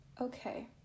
okay